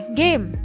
game